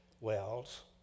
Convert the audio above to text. wells